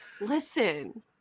listen